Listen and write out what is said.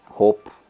hope